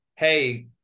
hey